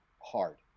hard